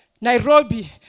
Nairobi